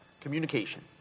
communication